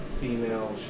female